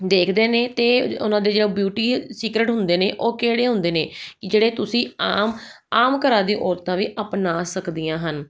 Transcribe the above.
ਦੇਖਦੇ ਨੇ ਅਤੇ ਉਹਨਾਂ ਦੇ ਜੋ ਬਿਊਟੀ ਸੀਕਰੇਟ ਹੁੰਦੇ ਨੇ ਉਹ ਕਿਹੜੇ ਹੁੰਦੇ ਨੇ ਜਿਹੜੇ ਤੁਸੀਂ ਆਮ ਆਮ ਘਰਾਂ ਦੀਆਂ ਔਰਤਾਂ ਵੀ ਅਪਣਾ ਸਕਦੀਆਂ ਹਨ